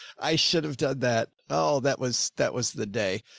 i should have done that. oh, that was, that was the day.